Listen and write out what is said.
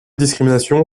discrimination